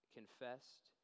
confessed